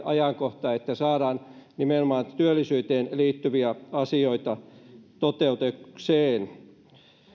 ajankohta että saadaan nimenomaan työllisyyteen liittyviä asioita toteutukseen